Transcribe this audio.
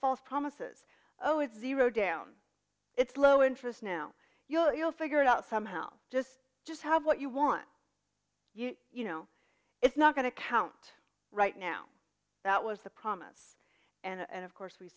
false promises oh it's zero down it's low interest now you'll figure it out somehow just just have what you want you know it's not going to count right now that was the promise and of course we